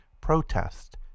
protest